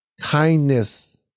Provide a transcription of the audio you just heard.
Kindness